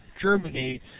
Germany